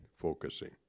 focusing